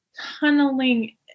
tunneling